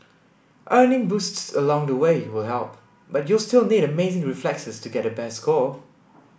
earning boosts along the way will help but you'll still need amazing reflexes to get the best score